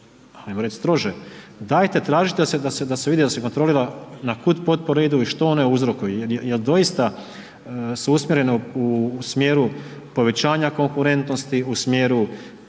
ajmo reći strože, dajte tražite da se vidi da se kontrolira na kud potpore idu i što one uzrokuju, jel doista su usmjerene u smjeru povećanja konkurentnosti, u smjeru